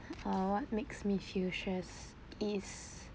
uh what makes me feel stress is